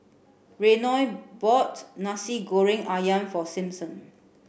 Reynold bought nasi goreng ayam for Simpson